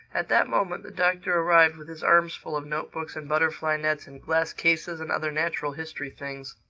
at that moment the doctor arrived with his arms full of note-books and butterfly-nets and glass cases and other natural history things.